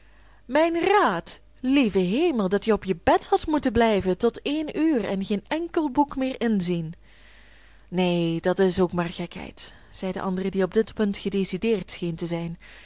mijn raad lieve hemel dat je op je bed hadt moeten blijven tot één ure en geen enkel boek meer inzien neen dat's ook maar gekheid zei de ander die op dit punt gedecideerd scheen te zijn